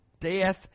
death